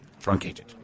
truncated